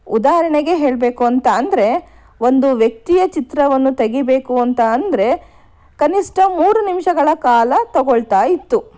ಉದಾಹರಣೆಗೆ ಹೇಳಬೇಕು ಅಂತ ಅಂದರೆ ಒಂದು ವ್ಯಕ್ತಿಯ ಚಿತ್ರವನ್ನು ತೆಗಿಬೇಕು ಅಂತ ಅಂದರೆ ಕನಿಷ್ಠ ಮೂರು ನಿಮಿಷಗಳ ಕಾಲ ತಗೊಳ್ತಾ ಇತ್ತು